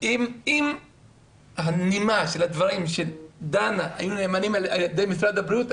אם הנימה של הדברים של דנה היו נאמרים על ידי משרד הבריאות,